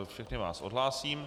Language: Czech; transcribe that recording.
Všechny vás odhlásím.